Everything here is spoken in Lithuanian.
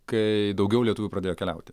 kai daugiau lietuvių pradėjo keliauti